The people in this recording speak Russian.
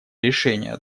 решения